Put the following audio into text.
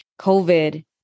COVID